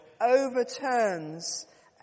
overturns